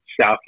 South